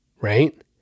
right